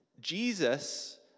Jesus